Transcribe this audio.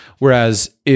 Whereas